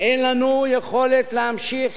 אין לנו יכולת להמשיך